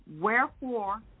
Wherefore